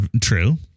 true